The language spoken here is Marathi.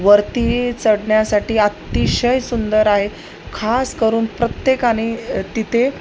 वरती चढण्यासाठी अतिशय सुंदर आहे खास करून प्रत्येकाने तिथे